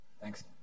Thanks